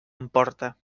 emporta